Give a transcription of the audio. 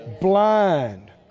blind